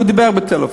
הוא דיבר בטלפון.